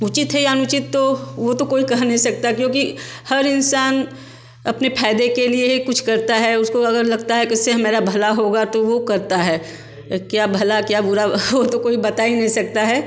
उचित है या अनुचित तो वो तो कोई कह नहीं सकता क्योंकि हर इंसान अपने फ़ायदे के लिए ही कुछ करता है उसको अगर लगता है कि इससे हमारा भला होगा तो वो करता है क्या भला क्या बुरा वो तो कोई बात ही नहीं सकता है